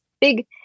big